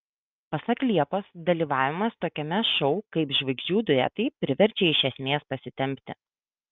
pasak liepos dalyvavimas tokiame šou kaip žvaigždžių duetai priverčia iš esmės pasitempti